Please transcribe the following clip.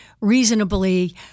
reasonably